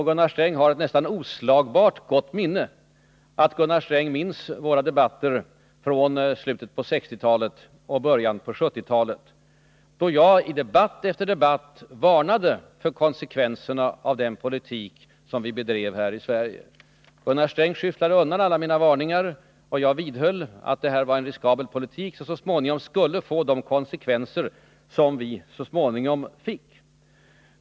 Gunnar Sträng har ett nästan oslagbart minne, och jag tror att Gunnar Sträng minns våra debatter från slutet av 1960-talet och början på 1970-talet, då jag i debatt efter debatt varnade för konsekvenserna av den politik som vi då bedrev i Sverige. Gunnar Sträng skyfflade undan alla mina varningar, men jag vidhöll att det var en riskabel politik, som så småningom skulle få de konsekvenser som den också så småningom fick.